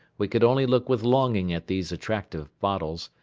we could only look with longing at these attractive bottles,